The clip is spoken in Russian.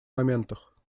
моментах